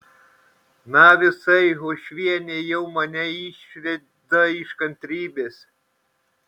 na visai uošvienė jau mane išveda iš kantrybės